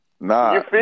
Nah